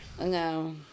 No